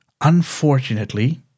Unfortunately